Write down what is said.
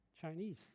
Chinese